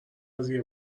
قضیه